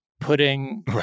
putting